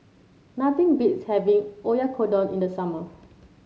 nothing beats having Oyakodon in the summer